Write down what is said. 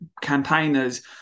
campaigners